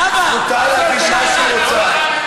המטומטמת הזאת,